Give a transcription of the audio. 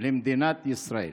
למדינת ישראל.